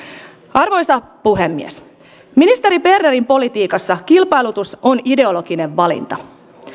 arvoisa puhemies ministeri bernerin politiikassa kilpailutus on ideologinen valinta